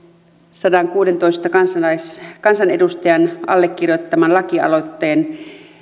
sadankuudentoista kansanedustajan allekirjoittaman lakialoitteen